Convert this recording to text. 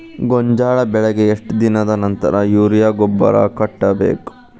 ಗೋಂಜಾಳ ಬೆಳೆಗೆ ಎಷ್ಟ್ ದಿನದ ನಂತರ ಯೂರಿಯಾ ಗೊಬ್ಬರ ಕಟ್ಟಬೇಕ?